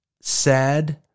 sad